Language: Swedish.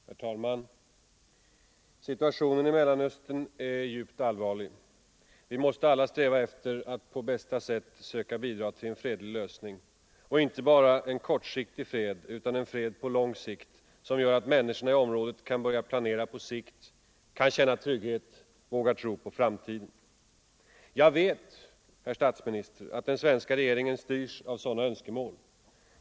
Herr talman! Situationen i Mellanöstern är djupt allvarlig. Vi måste alla sträva efter att på bästa sätt söka bidra till en fredlig lösning — och inte bara en kortsiktig fred utan en fred på lång sikt, som gör att människorna i området kan börja planera på sikt, kan känna trygghet, vågar tro på framtiden. Jag vet, herr statsminister, att den svenska regeringen styrs av sådana önskemål.